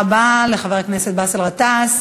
תודה רבה לחבר הכנסת באסל גטאס.